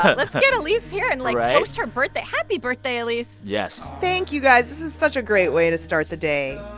but let's get elise here. right. and, like, toast her birthday. happy birthday, elise yes thank you, guys. this is such a great way to start the day.